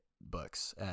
books